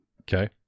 okay